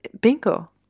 bingo